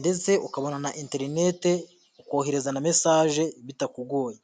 ndetse ukabona na enterinete, ukohereza na mesaje bitakugoye.